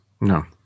no